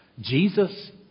Jesus